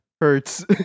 hurts